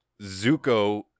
Zuko